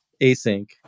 async